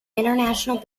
international